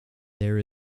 there